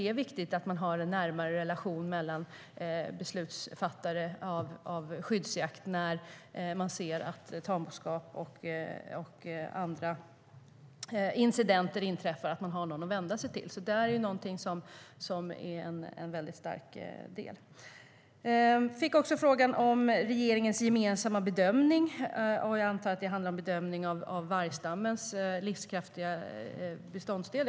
Det är nämligen viktigt att man har en närmare relation mellan beslutsfattare för skyddsjakt när man ser att tamboskap drabbas och andra incidenter inträffar, så att man har någon att vända sig till. Det är en stark del. Jag fick också frågan om regeringens gemensamma bedömning, och jag antar att det handlar om bedömning av vargstammens livskraftiga beståndsdel.